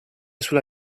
sulla